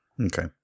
Okay